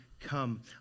come